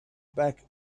back